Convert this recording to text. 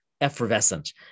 effervescent